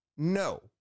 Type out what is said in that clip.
No